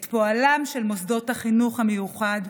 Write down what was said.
את פועלם של מוסדות החינוך המיוחד,